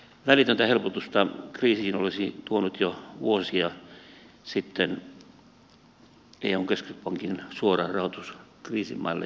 välitöntä helpotusta kriisiin olisi tuonut jo vuosia sitten eun keskuspankin suora rahoitus kriisimaille ja valtioille